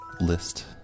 list